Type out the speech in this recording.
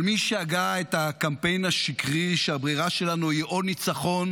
אבל מי שהגה את הקמפיין השקרי שהברירה שלנו היא או ניצחון